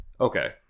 Okay